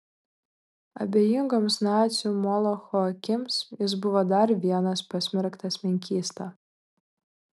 abejingoms nacių molocho akims jis buvo dar vienas pasmerktas menkysta